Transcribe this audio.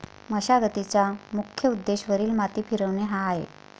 मशागतीचा मुख्य उद्देश वरील माती फिरवणे हा आहे